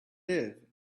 live